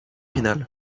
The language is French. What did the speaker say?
finales